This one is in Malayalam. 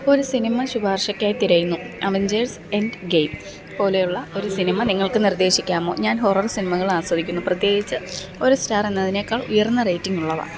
ഒരു സിനിമ ശുപാർശക്കായി തിരയുന്നു അവഞ്ചേഴ്സ് എൻഡ് ഗെയിം പോലെയുള്ള ഒരു സിനിമ നിങ്ങൾക്ക് നിർദ്ദേശിക്കാമോ ഞാൻ ഹൊറർ സിനിമകൾ ആസ്വദിക്കുന്നു പ്രത്യേകിച്ച് ഒരു സ്റ്റാർ എന്നതിനേക്കാൾ ഉയർന്ന റേറ്റിംഗ് ഉള്ളവ